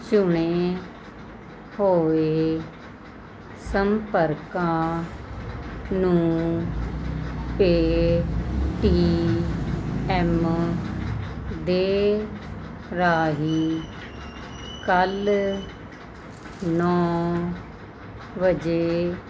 ਚੁਣੇ ਹੋਏ ਸੰਪਰਕਾਂ ਨੂੰ ਪੇਟੀਐੱਮ ਦੇ ਰਾਹੀਂ ਕੱਲ੍ਹ ਨੌਂ ਵਜੇ